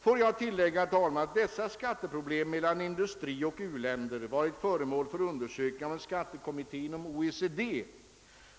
Låt mig tillägga, herr talman, att dessa skatteproblem mellan industrioch u-länder varit föremål för undersökningar av en skattekommitté inom OECD.